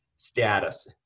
status